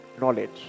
knowledge